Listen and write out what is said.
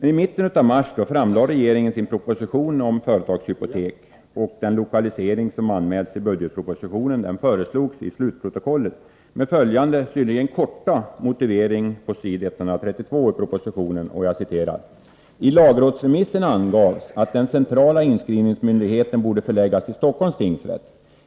I mitten av mars framlade regeringen sin proposition om företagshypotek, och den lokalisering som anmälts i budgetpropositionen föreslogs i slutprotokollet, med följande synnerligen korta motivering på s. 132 i propositionen: ”Tlagrådsremissen angavs att den centrala inskrivningsmyndigheten borde förläggas till Stockholms tingsrätt.